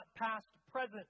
past-present